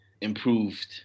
improved